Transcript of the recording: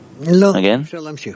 Again